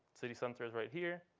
city center is right here.